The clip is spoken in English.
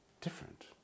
Different